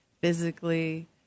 physically